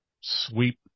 sweep